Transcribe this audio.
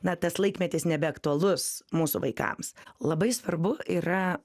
na tas laikmetis nebeaktualus mūsų vaikams labai svarbu yra